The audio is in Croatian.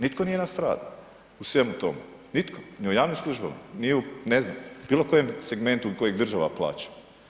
Nitko nije nastradao u svemu tome, nitko ni u javnim službama, ni u ne znam bilo kojem segmentu kojeg država plaća.